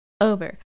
over